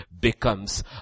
becomes